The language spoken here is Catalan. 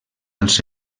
els